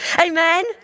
Amen